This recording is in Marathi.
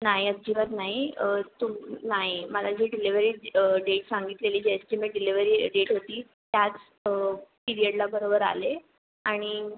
नाही अजिबात नाही तू नाही मला जी डिलीवरी डेट सांगितलेली एस्टीमेट डिलेवरी डेट होती त्याच पिरियडला बरोबर आले आणि